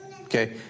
Okay